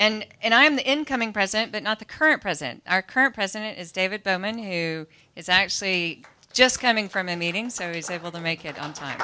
you and i'm the incoming president but not the current president our current president is david bowman who is actually just coming from a meeting so he's able to make it on time